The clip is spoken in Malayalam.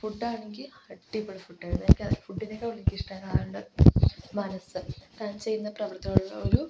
ഫുഡ്ഡാണെങ്കിൽ അടിപൊളി ഫുഡ്ഡായിരുന്നു എനിക്കാ ഫുഡ്ഡിനെക്കാൾ എനിക്കിഷ്ടമായത് ആളുടെ മനസ്സ് താൻ ചെയ്യുന്ന പ്രവൃത്തിയോടുള്ള ഒരു